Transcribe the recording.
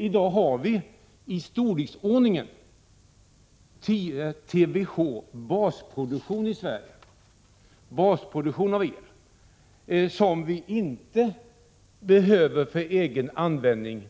I dag har vi i Sverige en basproduktion av el i storleksordningen 10 TWh, som vi inte behöver för egen användning